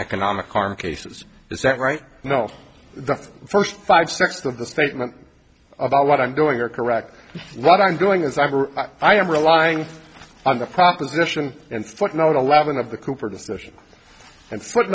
economic harm cases is that right know the first five steps of the statement about what i'm doing are correct what i'm doing is i'm i am relying on the proposition and footnote eleven of the cooper decision and foot